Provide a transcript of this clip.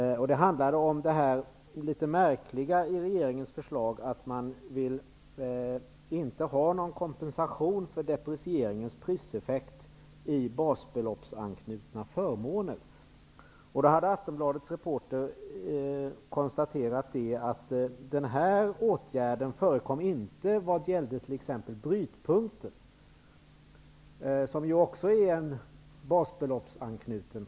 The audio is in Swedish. Den handlade om det litet märkliga inslag i regeringens förslag som består i att man inte vill ha någon kompensation för deprecieringens priseffekt på basbeloppsanknutna förmåner. Aftonbladets reporter hade konstaterat att denna åtgärd inte föreslogs vad gällde t.ex. brytpunkten, som ju också är basbeloppsanknuten.